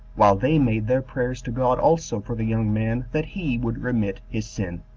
while they made their prayers to god also for the young man, that he would remit his sin.